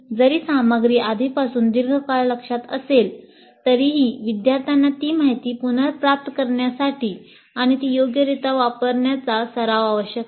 जरी सामग्री आधीपासून दीर्घ काळ लक्ष्यात असेल तरीही विद्यार्थ्यांना ती माहिती पुनर्प्राप्त करण्यासाठी आणि ती योग्यरित्या वापरण्याचा सराव आवश्यक आहे